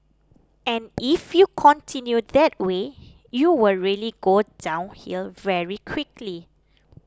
and if you continue that way you will really go downhill very quickly